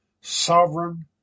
sovereign